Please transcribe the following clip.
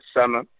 summer